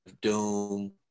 Doom